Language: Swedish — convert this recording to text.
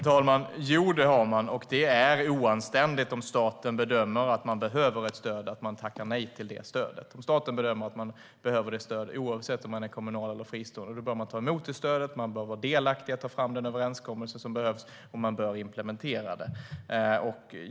Herr talman! Jo, det har de, och om staten bedömer att man behöver ett stöd är det oanständigt att man tackar nej till det stödet. Om staten bedömer att man behöver ett stöd, oavsett om man är kommunal eller fristående, bör man ta emot det stödet. Man bör vara delaktig i att ta fram den överenskommelse som behövs, och man bör implementera den.